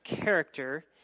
character